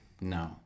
No